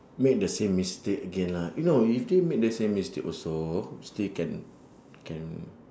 make the same mistake again lah if not if you still make the same mistake also still can can